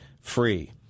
free